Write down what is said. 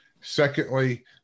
Secondly